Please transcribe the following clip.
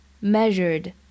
measured